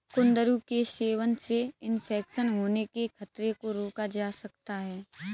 कुंदरू के सेवन से इन्फेक्शन होने के खतरे को रोका जा सकता है